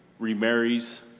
remarries